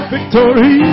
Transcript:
Victory